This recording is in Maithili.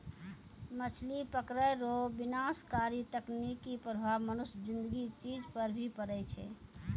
मछली पकड़ै रो विनाशकारी तकनीकी प्रभाव मनुष्य ज़िन्दगी चीज पर भी पड़ै छै